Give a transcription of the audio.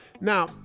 Now